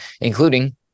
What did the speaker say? including